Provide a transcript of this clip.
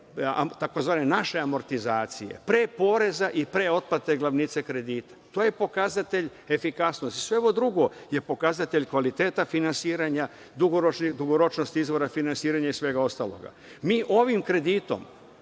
takozvane naše amortizacije, pre poreza i pre otplate glavnice kredita. To je pokazatelj efikasnosti. Sve ovo drugo je pokazatelj kvaliteta finansiranja, dugoročnosti izvora finansiranja i svega ostaloga. Mi ovim kreditom